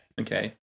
Okay